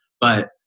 but-